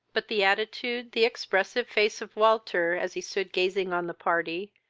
but the attitude, the expressive face of walter, as he stood gazing on the party,